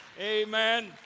Amen